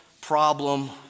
problem